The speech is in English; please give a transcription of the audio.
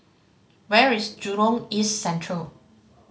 where is Jurong East Central